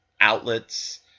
outlets